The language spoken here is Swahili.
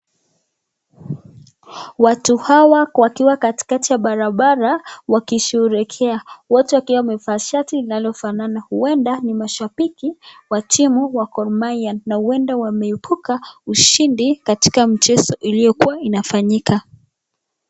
Watu hawa wakiwa katikati ya barabara wakisherekea wote wakiwa shati linalofanana, uenda ni mashabiki wa timu ya Gor mahia na uenda wameibuka ushindi katika mchezo uliokuwa unafanyika.